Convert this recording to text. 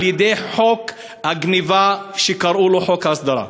על-ידי חוק הגנבה שקראו לו חוק ההסדרה.